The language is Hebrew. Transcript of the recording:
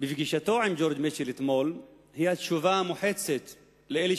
בפגישתו עם ג'ורג' מיטשל אתמול היא התשובה המוחצת לאלה